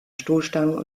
stoßstangen